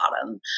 bottom